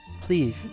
Please